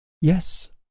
Yes